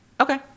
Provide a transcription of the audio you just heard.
Okay